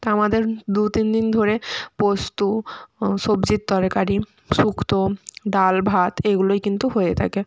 তা আমাদের দু তিন দিন ধরে পোস্ত সবজির তরকারি শুক্ত ডাল ভাত এগুলোই কিন্তু হয়ে থাকে